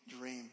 dream